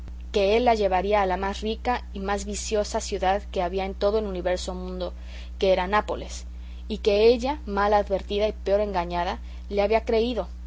que él la llevaría a la más rica y más viciosa ciudad que había en todo el universo mundo que era nápoles y que ella mal advertida y peor engañada le había creído